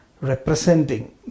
representing